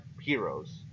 heroes